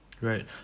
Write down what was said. Right